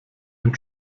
den